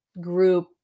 group